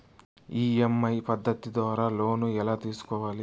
EMI పద్ధతి ద్వారా loan ఎలా తీసుకోవాలి